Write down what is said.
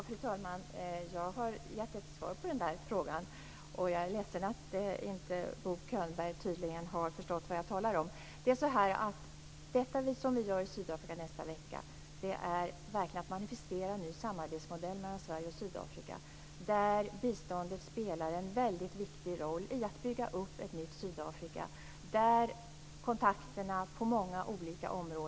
Fru talman! Jag har gett ett svar på den frågan, och jag är ledsen att Bo Könberg tydligen inte har förstått vad jag talar om. Det vi gör i Sydafrika nästa vecka är att verkligen manifestera en ny samarbetsmodell mellan Sverige och Sydafrika, där biståndet spelar en viktig roll i att bygga upp ett nytt Sydafrika.